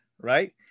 right